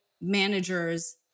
managers